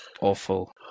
Awful